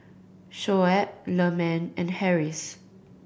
Shoaib Leman and Harris